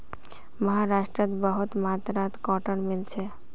महाराष्ट्रत बहुत मात्रात कॉटन मिल छेक